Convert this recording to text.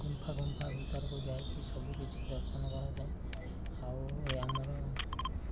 ଗୁମ୍ଫା ଗୁମ୍ଫା ଭିତରକୁ ଯାଇକି ସବୁକିଛି ଦର୍ଶନ କରାଯାଏ ଆଉ ଏ ଆମର